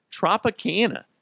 Tropicana